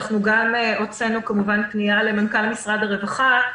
אנחנו גם הוצאנו כמובן פנייה למנכ"ל משרד הרווחה.